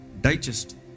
Digest